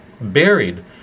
buried